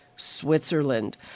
Switzerland